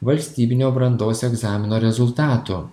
valstybinio brandos egzamino rezultatų